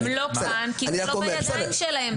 --- הם לא כאן כי זה לא בידיים שלהם.